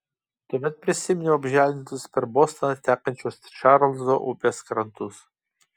tuomet prisiminiau apželdintus per bostoną tekančios čarlzo upės krantus